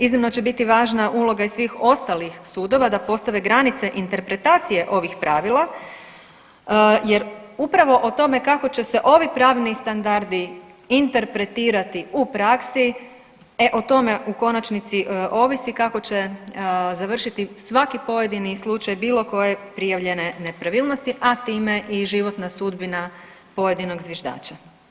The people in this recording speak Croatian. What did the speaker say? Iznimno će biti važna uloga i svih ostalih sudova da postave granice interpretacije ovih pravila jer upravo o tome kako će se ovi pravni standardi interpretirati u praksi, e o tome u konačnici ovisi kako će završiti svaki pojedini slučaj bilo koje prijavljene nepravilnosti, a time i životna sudbina pojedinog zviždača.